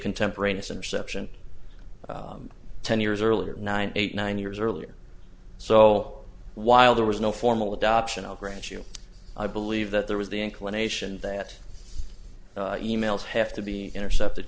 contemporaneous interception ten years earlier nine eight nine years earlier so while there was no formal adoption i'll grant you i believe that there was the inclination that e mails have to be intercepted